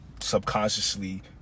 subconsciously